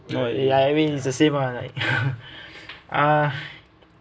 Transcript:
oh eh I mean it's the same ah like uh